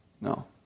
No